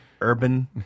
Urban